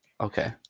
Okay